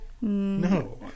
No